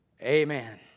Amen